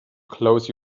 close